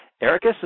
Erica